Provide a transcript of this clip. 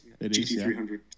GT300